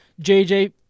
JJ